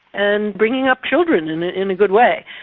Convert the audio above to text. and bringing up children in ah in a good way.